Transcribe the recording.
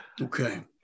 Okay